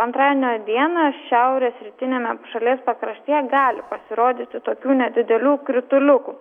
antradienio dieną šiaurės rytiniame šalies pakraštyje gali pasirodyti tokių nedidelių krituliukų